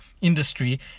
industry